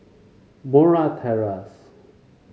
Murray Terrace